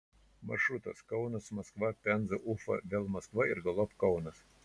maršrutas kaunas maskva penza ufa vėl maskva ir galop kaunas